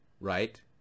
right